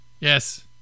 yes